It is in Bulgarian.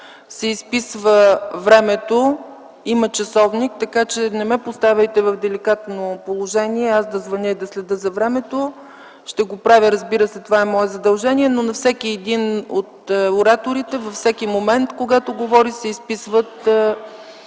се изписва времето, има часовник, така че не ме поставяйте в деликатно положение аз да звъня и да следя за времето. Ще го правя, разбира се, това е мое задължение, но на всеки оратор във всеки момент, когато говори, се изписват